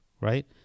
right